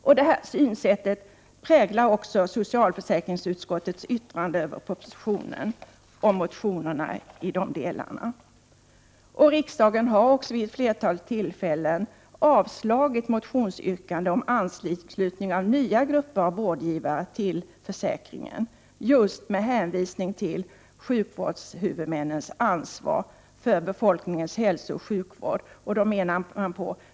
Samma synsätt präglar också socialförsäkringsutskottets yttrande över propositionen och motionerna i dessa delar. Riksdagen har vid ett flertal tillfällen avslagit motionsyrkanden om anslutning av nya grupper av vårdgivare till försäkringen med hänvisning till sjukvårdshuvudmännens ansvar för befolkningens hälsooch sjukvård.